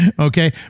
Okay